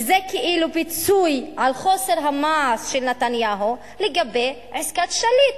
וזה כאילו פיצוי על חוסר המעש של נתניהו לגבי עסקת שליט,